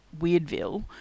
Weirdville